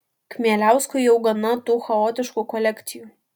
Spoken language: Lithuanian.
kmieliauskui jau gana tų chaotiškų kolekcijų